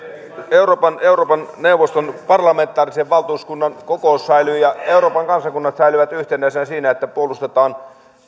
euroopan euroopan neuvoston parlamentaarisen valtuuskunnan kokous ja euroopan kansakunnat säilyvät yhtenäisinä siinä että puolustetaan